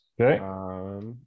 Okay